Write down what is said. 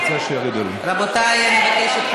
רבותי, אני מבקשת.